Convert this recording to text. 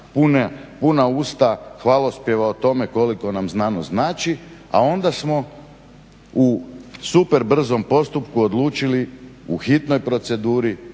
puna usta hvalospjeva o tome koliko nam znanost znači, a onda smo u super brzom postupku odlučili u hitnoj proceduri